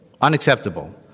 unacceptable